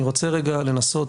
אני רוצה רגע לנסות,